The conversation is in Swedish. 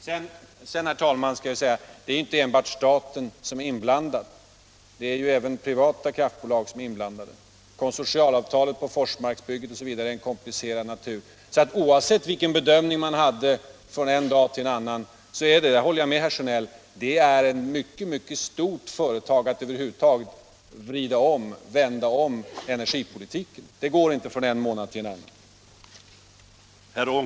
Sedan, herr talman, vill jag säga att det är inte enbart staten som är inblandad utan även privata kraftbolag — konsortialavtalet för Forsmarksbygget är t.ex. av komplicerad natur. Och oavsett vilken bedömning man hade från en dag till en annan så är det — där håller jag med herr Sjönell — ett mycket mycket stort företag att över huvud taget vända om energipolitiken. Det går inte från en månad till en annan.